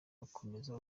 bakomeza